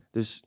Dus